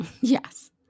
yes